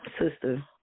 Sister